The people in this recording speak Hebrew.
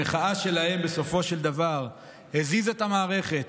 המחאה שלהם בסופו של דבר הזיזה את המערכת.